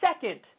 second